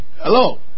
Hello